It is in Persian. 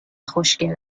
خوشگل